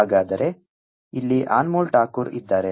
ಹಾಗಾದರೆ ಇಲ್ಲಿ ಅನ್ಮೋಲ್ ಟಾಕೂರ್ ಇದ್ದಾರೆ